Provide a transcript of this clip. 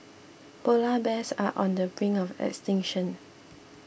Polar Bears are on the brink of extinction